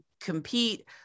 compete